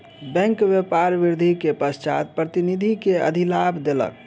bank व्यापार वृद्धि के पश्चात प्रतिनिधि के अधिलाभ देलक